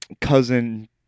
Cousin